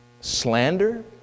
slander